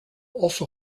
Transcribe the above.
also